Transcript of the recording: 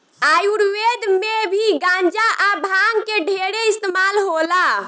आयुर्वेद मे भी गांजा आ भांग के ढेरे इस्तमाल होला